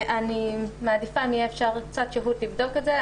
אני מעדיפה אם יהיה אפשר, קצת שהות לבדוק את זה.